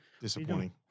Disappointing